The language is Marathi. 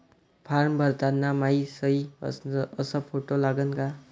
फारम भरताना मायी सयी अस फोटो लागन का?